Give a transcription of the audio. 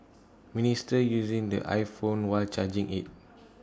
minister using the iPhone while charging IT